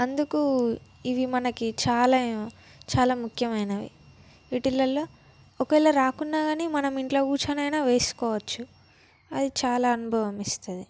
అందుకు ఇవి మనకి ఇవి చాలా చాలా ముఖ్యమైనవి వీటిలల్లో ఒకవేళ రాకున్నా కానీ మనం ఇంట్లో కూర్చొనైనా వేసుకోవచ్చు అది చాలా అనుభవం ఇస్తుంది